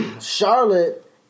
Charlotte